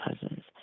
cousins